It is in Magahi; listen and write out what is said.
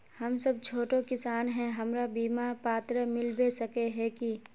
हम सब छोटो किसान है हमरा बिमा पात्र मिलबे सके है की?